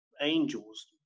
angels